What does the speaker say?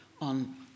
on